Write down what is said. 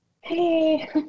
hey